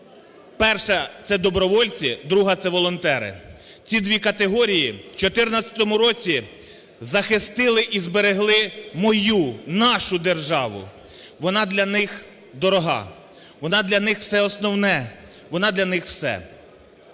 перша – це добровольці, друга – це волонтери. Ці дві категорії в 14-му році захистили і зберегли мою, нашу державу. Вона для них дорога, вона для них все основне, вона для них все.